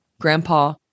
grandpa